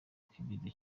kibido